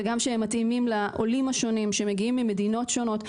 וגם שמתאימים לעולים השונים שמגיעים ממדינות שונות.